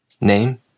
Name